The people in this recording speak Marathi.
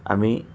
आम्ही